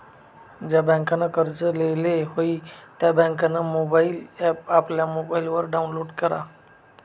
ज्या बँकनं कर्ज लेयेल व्हयी त्या बँकनं मोबाईल ॲप आपला मोबाईलवर डाऊनलोड करा